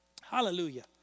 Hallelujah